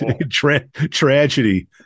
tragedy